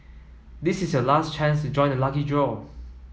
this is your last chance to join the lucky draw